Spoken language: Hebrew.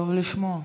טוב לשמוע.